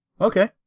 Okay